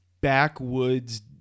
backwoods